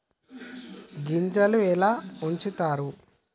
గింజలు ఎలా ఉంచుతారు?